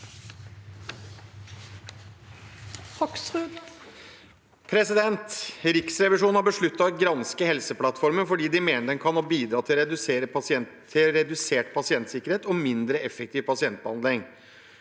«Riksrevisjonen har besluttet å granske Helseplattformen fordi de mener den kan ha bidratt til redusert pasientsikkerhet og mindre effektiv pasientbehandling.